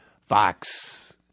Fox